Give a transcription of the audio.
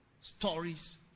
stories